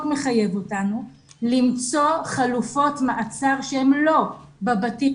מחייב אותנו למצוא חלופות מעצר שהן לא בבתים.